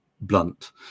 blunt